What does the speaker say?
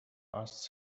ask